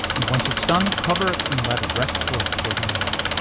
once it's done cover it and let it rest for thirty minutes.